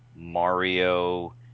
Mario